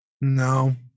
No